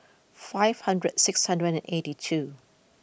five hundres six hundred and eighty two